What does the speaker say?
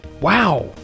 wow